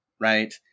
right